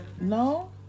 No